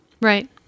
Right